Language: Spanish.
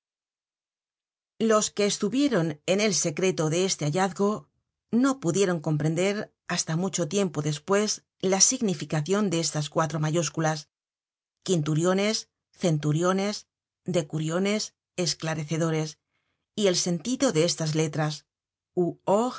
los que estuvieron en el secreto de este hallazgo no pudieron comprender hasta mucho tiempo despues la significacion de estas cuatro mayúsculas quinturiones centuriones decuriones esciar ecedor es y el sentido de estas letras u og